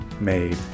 made